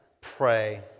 pray